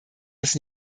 des